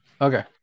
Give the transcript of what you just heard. Okay